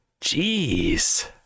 Jeez